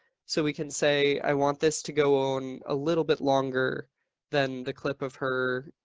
so we can say, i want this to go on a little bit longer than the clip of her